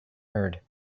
heard